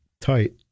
tight